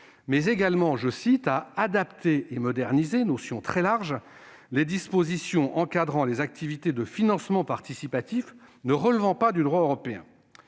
mais également « à adapter et moderniser », notion très large, les dispositions encadrant les activités de financement participatif ne relevant pas du droit européen.